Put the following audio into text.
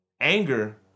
anger